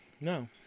No